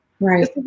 Right